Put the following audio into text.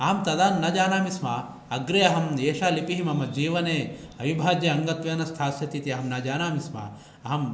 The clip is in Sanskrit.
अहं तदा न जानामि स्म अग्रे अहं एषा लिपि मम जीवने अविभाज्य अङ्गत्वेन स्थास्यतीति अहं न जानामि स्म अहं